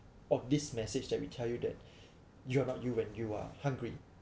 or this message that we tell you that you are not you when you're hungry